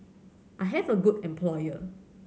I have a good employer